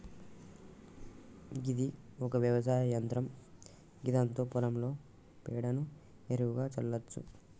గిది ఒక వ్యవసాయ యంత్రం గిదాంతో పొలంలో పేడను ఎరువుగా సల్లచ్చు